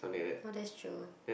oh that's true